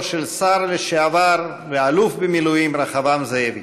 של השר לשעבר ואלוף במילואים רחבעם זאבי.